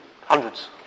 Hundreds